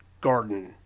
garden